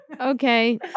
Okay